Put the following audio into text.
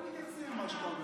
אנחנו מתייחסים למה שאתה אומר.